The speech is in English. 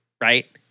right